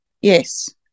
Yes